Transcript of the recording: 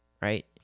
Right